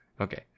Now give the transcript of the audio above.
Okay